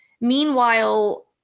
Meanwhile